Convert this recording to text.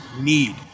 need